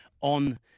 on